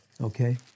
okay